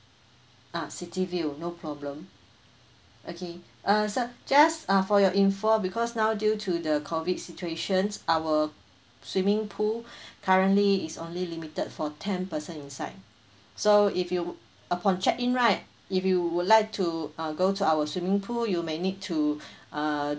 ah city view no problem okay uh so just uh for your info because now due to the COVID situations our swimming pool currently is only limited for ten person inside so if you upon check in right if you would like to uh go to our swimming pool you may need to uh